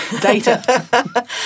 Data